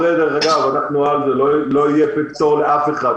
לא יהיה פטור לאף אחד,